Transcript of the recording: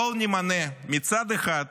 בואו נמנה מצד אחד